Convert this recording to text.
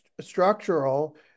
structural